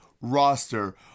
roster